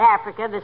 africa